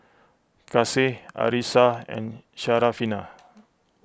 Kasih Arissa and Syarafina